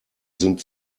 sind